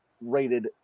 rated